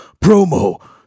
promo